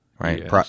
right